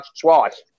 twice